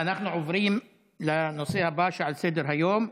אנחנו עוברים לנושא הבא על סדר-היום,